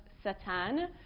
Satan